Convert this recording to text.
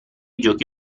giochi